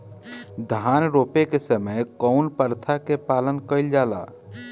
धान रोपे के समय कउन प्रथा की पालन कइल जाला?